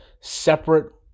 separate